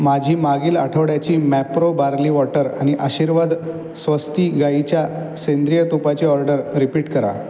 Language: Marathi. माझी मागील आठवड्याची मॅप्रो बार्ली वॉटर आणि आशीर्वाद स्वस्ती गाईच्या सेंद्रिय तुपाची ऑर्डर रिपीट करा